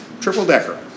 Triple-decker